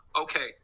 okay